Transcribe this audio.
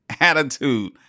attitude